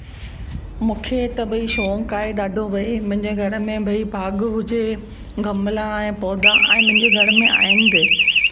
मूंखे त भई शौक़ु आहे ॾाढो भई मुंजे घर में भई बाग़ु हुजे गमला ऐं पौधा ऐं मुंहिंजे घर में आहिनि बि